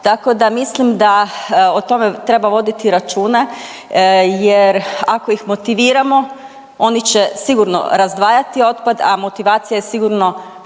Tako da mislim da o tome treba voditi računa jer ako ih motiviramo oni će sigurno razdvajati otpad, a motivacija je sigurno što